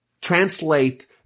translate